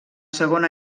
segon